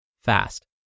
fast